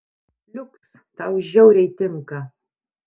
liuks tau žiauriai tinka